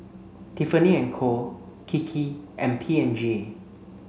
Tiffany and Co Kiki and P and G